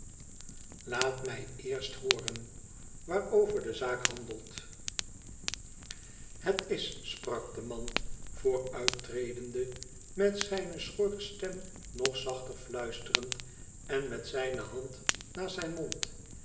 tlaat mij eerst hooren waarover de zaak handelt thet is sprak de man vooruittredende met zijne schorre stem nog zachter fluisterend en met zijne hand naast zijn mond